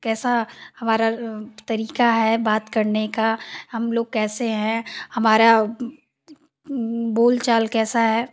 कैसा हमारा तरीका है बात करने का हम लोग कैसे हैं हमारा बोल चाल कैसा है